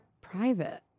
private